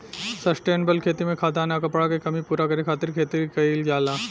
sustainable खेती में खाद्यान आ कपड़ा के कमी पूरा करे खातिर खेती कईल जाला